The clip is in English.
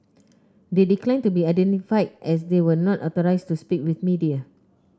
they declined to be identified as they were not authorised to speak with media